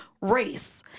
race